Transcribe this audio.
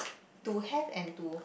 to have and to